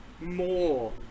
more